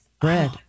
bread